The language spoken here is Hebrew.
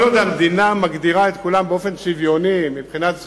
כל עוד המדינה מגדירה את כולם באופן שוויוני מבחינת זכויותיהם,